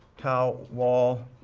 tau wall.